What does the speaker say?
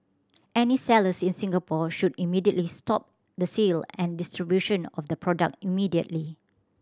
any sellers in Singapore should immediately stop the sale and distribution of the product immediately